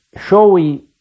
showing